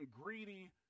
greedy